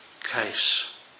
case